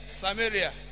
Samaria